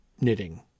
knitting